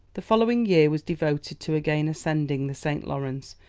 the following year was devoted to again ascending the st. lawrence,